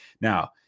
Now